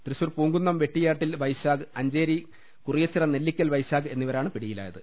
Thrissur Poonkunnam Vettiyattil Vaisakh Ancheri Kuriachira Nellikkal Vaisakh എന്നിവരാണ് പിടിയിലായത്